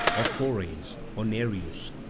or phoreys, or nereus,